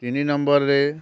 ତିନି ନମ୍ବର୍ରେ